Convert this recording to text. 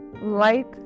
Light